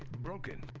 broken.